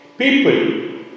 People